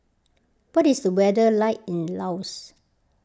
what is the weather like in Laos